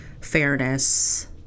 fairness